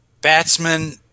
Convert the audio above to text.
batsman